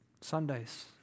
Sundays